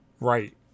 right